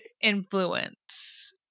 influence